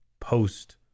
post